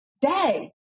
day